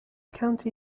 county